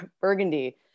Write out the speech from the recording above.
Burgundy